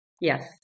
Yes